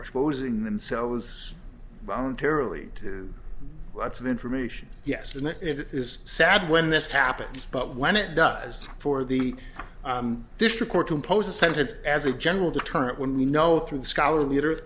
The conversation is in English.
exposing themselves voluntarily to lots of information yes and it is sad when this happens but when it does for the district court to impose a sentence as a general deterrent when we know through the scout leader